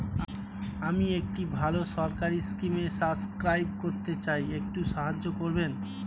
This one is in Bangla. আমি একটি ভালো সরকারি স্কিমে সাব্সক্রাইব করতে চাই, একটু সাহায্য করবেন?